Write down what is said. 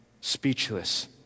speechless